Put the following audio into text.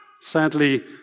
Sadly